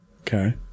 okay